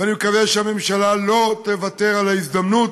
ואני מקווה שהממשלה לא תוותר על ההזדמנות